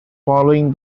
following